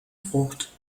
frucht